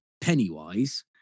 Pennywise